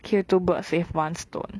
kill two birds with one stone